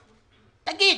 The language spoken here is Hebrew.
תגיד,